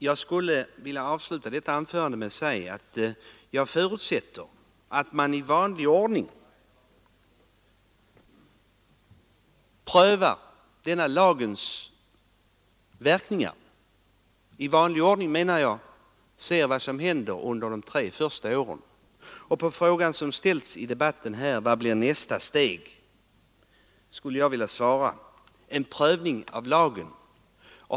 Jag skulle vilja avsluta detta anförande med att säga att jag förutsätter att man i vanlig ordning prövar den här lagens verkningar, och med vanlig ordning menar jag då att man följer vad som händer under de tre första åren. På frågan, som ställts under debatten, vilket som blir nästa steg skulle jag vilja svara: en prövning av lagen.